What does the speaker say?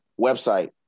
website